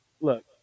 look